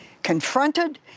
confronted